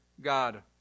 God